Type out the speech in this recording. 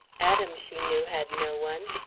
adam, she knew, had no one.